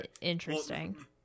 Interesting